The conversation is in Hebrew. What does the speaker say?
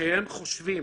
שחושבים